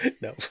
no